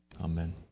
Amen